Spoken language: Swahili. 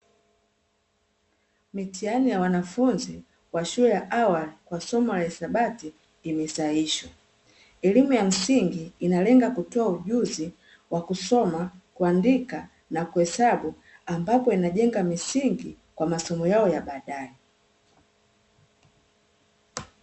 Mitihani ya wanafunzi wa shule ya awali kwa somo la hisabati imesahihishwa. Elimu ya msingi inalenga kutoa ujuzi wa kusoma, kuandika na kuhesabu ambapo inajenga misingi kwa masomo yao ya baadaye.